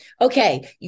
okay